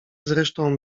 zresztą